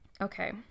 Okay